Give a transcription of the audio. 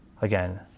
again